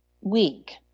week